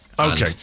Okay